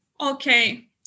Okay